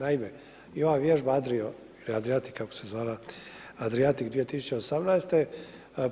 Naime i ova vježba Adrio ili Adriatic, kako se zvala, Adriatic 2018.